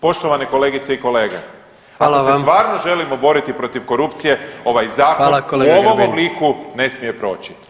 Poštovane kolegice i kolege, ako se stvarno [[Upadica: Hvala vam.]] želimo boriti protiv korupcije ovaj zakon u ovom obliku [[Upadica: Hvala kolega Grbin.]] ne smije proći.